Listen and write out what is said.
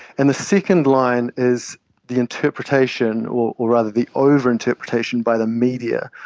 and the second line is the interpretation or or rather the over-interpretation by the media,